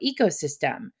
ecosystem